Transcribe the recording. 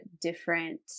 different